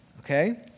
Okay